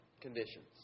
conditions